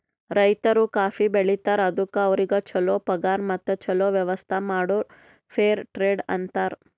ರೈತರು ಕಾಫಿ ಬೆಳಿತಾರ್ ಅದುಕ್ ಅವ್ರಿಗ ಛಲೋ ಪಗಾರ್ ಮತ್ತ ಛಲೋ ವ್ಯವಸ್ಥ ಮಾಡುರ್ ಫೇರ್ ಟ್ರೇಡ್ ಅಂತಾರ್